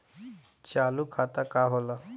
चालू खाता का होला?